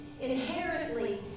Inherently